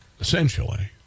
essentially